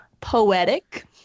poetic